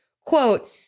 quote